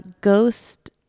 ghost